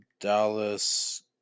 Dallas